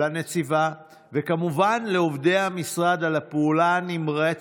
לנציבה, וכמובן לעובדי המשרד, על הפעולה הנמרצת,